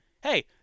Hey